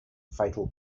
fatal